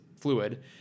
fluid